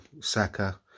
Saka